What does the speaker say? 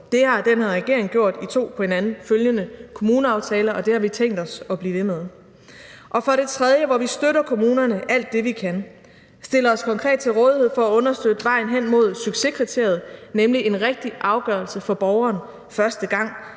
Det har den her regering gjort i to på hinanden følgende kommuneaftaler, og det har vi tænkt os at blive ved med. For det tredje skal vi støtte kommunerne alt det, vi kan, og stille os konkret til rådighed for at understøtte vejen hen mod succeskriteriet, nemlig en rigtig afgørelse for borgeren første gang